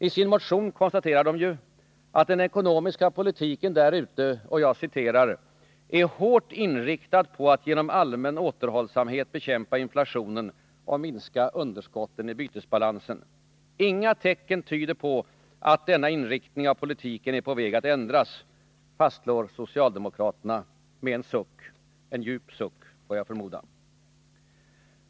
I sin motion konstaterar de ju, att den ekonomiska politiken därute är ”hårt inriktad på att genom allmän återhållsamhet bekämpa inflationen och minska underskotten i bytesbalansen”. — ”Inga tecken tyder på att denna inriktning av politiken är på väg att ändras”, fastslår socialdemokraterna — med en djup suck, förmodar jag.